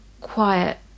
quiet